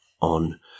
on